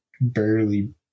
barely